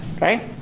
right